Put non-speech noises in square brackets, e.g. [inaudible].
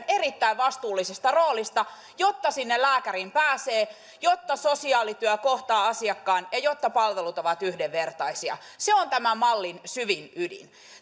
[unintelligible] erittäin vastuullisesta roolistaan jotta sinne lääkäriin pääsee jotta sosiaalityö kohtaa asiakkaan ja jotta palvelut ovat yhdenvertaisia se on tämän mallin syvin ydin